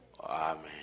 Amen